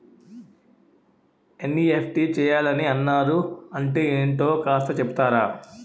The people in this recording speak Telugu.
ఎన్.ఈ.ఎఫ్.టి చేయాలని అన్నారు అంటే ఏంటో కాస్త చెపుతారా?